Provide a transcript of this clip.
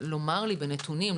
לומר לי בנתונים,